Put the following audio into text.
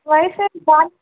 voice ఏమి బాగా